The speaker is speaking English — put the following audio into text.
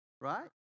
right